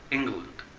england.